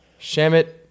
Shamit